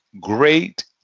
Great